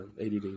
Add